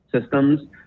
systems